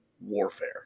Warfare